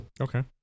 Okay